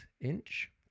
inch